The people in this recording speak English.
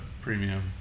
premium